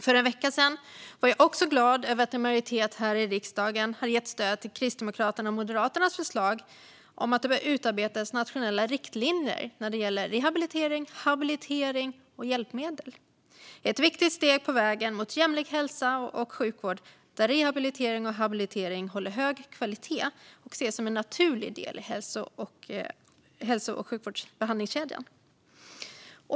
För en vecka sedan var jag också glad över att en majoritet här i riksdagen hade gett stöd till Kristdemokraternas och Moderaternas förslag om att det bör utarbetas nationella riktlinjer när det gäller rehabilitering, habilitering och hjälpmedel. Det är ett viktigt steg på vägen mot en jämlik hälso och sjukvård där rehabilitering och habilitering håller hög kvalitet och ses som en naturlig del i behandlingskedjan.